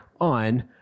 on